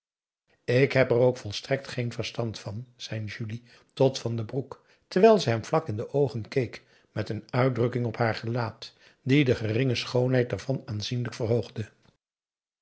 erook volstrekt geen verstand van zei julie p a daum hoe hij raad van indië werd onder ps maurits tot van den broek terwijl ze hem vlak in de oogen keek met een uitdrukking op haar gelaat die de geringe schoonheid ervan aanzienlijk verhoogde